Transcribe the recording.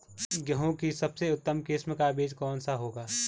गेहूँ की सबसे उत्तम किस्म का बीज कौन सा होगा?